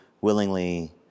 willingly